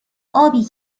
آبی